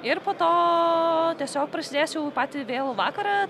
ir po to tiesiog prasidės jau patį vėlų vakarą